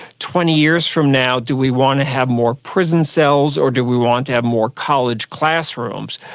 twenty years from now do we want to have more prison cells or do we want to have more college classrooms?